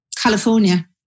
California